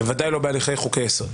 בוודאי לא בהליכי חוקי יסוד.